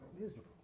miserable